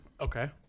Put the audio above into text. Okay